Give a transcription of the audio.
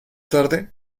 tarde